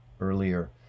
earlier